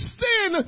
sin